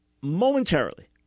momentarily